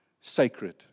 sacred